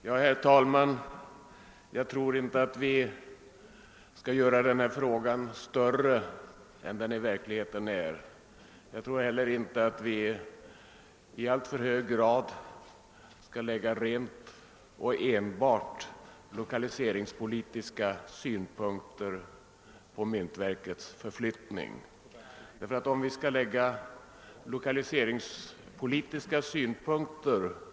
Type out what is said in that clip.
Herr talman! Jag tror inte att vi skall göra denna sak större än den i verkligheten är. Jag tror inte heller att vi i alltför hög grad skall betrakta frågan om myntverkets förflyttning från lokaliseringspolitiska synpunkter.